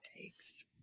takes